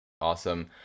awesome